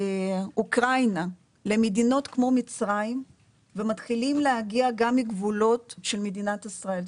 מאוקראינה למדינות כמו מצרים ומתחילים להגיע גם מגבולות של מדינת ישראל.